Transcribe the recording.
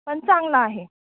पण चांगलं आहे